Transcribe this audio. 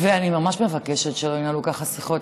אני ממש מבקשת שלא ינהלו ככה שיחות.